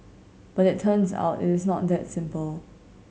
but it turns out it is not that simple